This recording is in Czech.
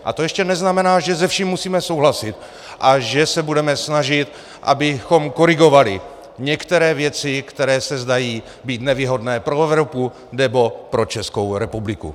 A to ještě neznamená, že se vším musíme souhlasit a že se budeme snažit, abychom korigovali některé věci, které se zdají být nevýhodné pro Evropu nebo pro Českou republiku.